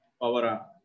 power